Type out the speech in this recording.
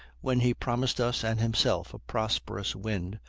when he promised us and himself a prosperous wind,